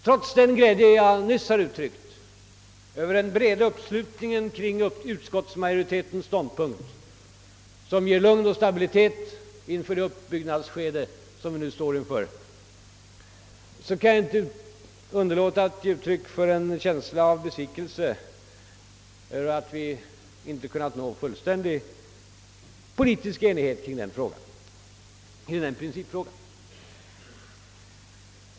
Trots den glädje jag nyss har uttryckt över den breda uppslutningen kring utskottsmajoritetens ståndpunkt, som ger lugn och stabilitet under det uppbyggnadsskede vi nu står inför, kan jag inte underlåta att ge uttryck för en känsla av besvikelse över att vi inte kunnat nå fullständig politisk enighet kring den principfrågan.